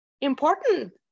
important